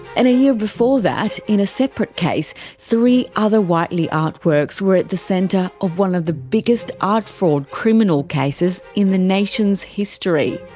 and a year before that, in a separate case, three other whiteley artworks were at the centre of one of the biggest art fraud criminal cases in the nation's history.